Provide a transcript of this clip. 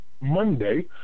Monday